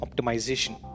Optimization